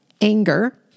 anger